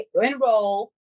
enroll